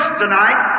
tonight